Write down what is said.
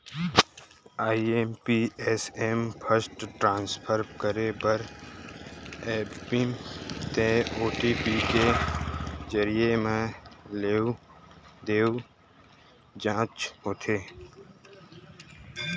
IMPS म fund transfer करे बर एमपिन ते ओ.टी.पी के जरिए म लेवइ देवइ ल जांचना होथे